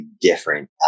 different